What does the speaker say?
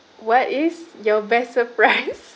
what is your best surprise